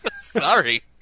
Sorry